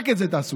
רק את זה תעשו.